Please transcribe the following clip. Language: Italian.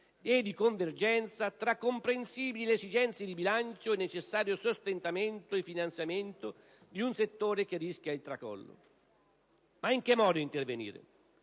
e di convergenza tra comprensibili esigenze di bilancio e necessario sostentamento e finanziamento di un settore che rischia il tracollo. Ma in che modo intervenire?